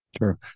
Sure